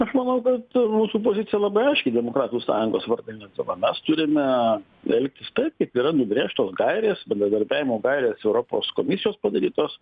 aš manau kad mūsų pozicija labai aiški demokratų sąjungos vardan lietuva mes turime elgtis taip kaip yra nubrėžtos gairės bendradarbiavimo gairės europos komisijos padarytos